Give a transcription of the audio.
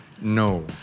No